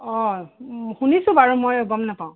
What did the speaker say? অঁ শুনিছোঁ বাৰু মই গম নাপাওঁ